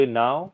now